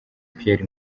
pierre